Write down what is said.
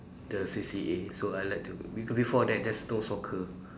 the C_C_A so I like to be~ before that there's no soccer